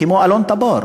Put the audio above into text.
כמו אלון-תבור,